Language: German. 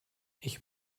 ich